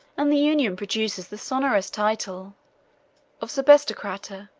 and the union produces the sonorous title of sebastocrator.